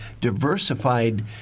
diversified